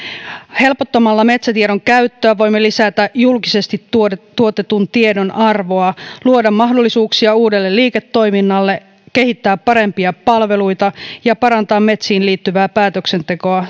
helpottamalla metsätiedon käyttöä voimme lisätä julkisesti tuotetun tuotetun tiedon arvoa luoda mahdollisuuksia uudelle liiketoiminnalle kehittää parempia palveluita ja parantaa metsiin liittyvää päätöksentekoa